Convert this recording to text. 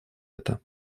это